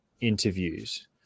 interviews